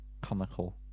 comical